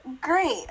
Great